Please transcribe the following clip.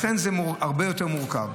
לכן זה הרבה יותר מורכב.